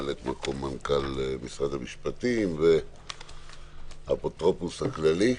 ממלאת מקום מנכ"ל משרד המשפטים והאפוטרופוס הכללי,